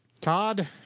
Todd